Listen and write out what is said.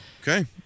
Okay